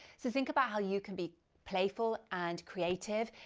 so think about how you can be playful and creative.